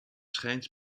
schijnt